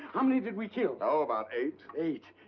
how many did we kill? oh, about eight. eight.